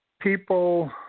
people